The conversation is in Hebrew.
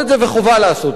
וחובה לעשות זה.